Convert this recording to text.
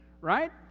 right